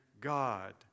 God